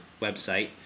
website